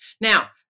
Now